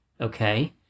okay